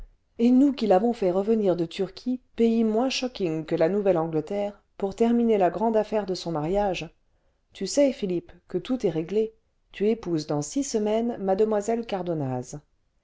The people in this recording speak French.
et nous qui l'avons fait revenir de turquie pays moins skocking que la nouvelle-angleterre pour terminer la grande affaire de son mariage tu sais philippe que tout est réglé tu épouses dans six semaines mlle cardonnaz